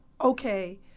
okay